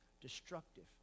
Destructive